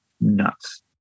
nuts